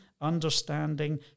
understanding